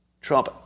Trump